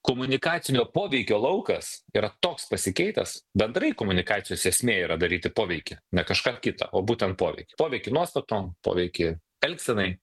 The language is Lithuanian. komunikacinio poveikio laukas yra toks pasikeitęs bendrai komunikacijos esmė yra daryti poveikį ne kažką kitą o būtent poveikį poveikį nuostatom poveikį elgsenai